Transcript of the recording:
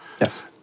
Yes